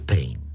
Pain